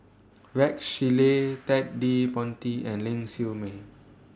Rex Shelley Ted De Ponti and Ling Siew May